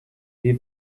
die